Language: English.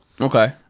okay